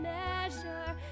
measure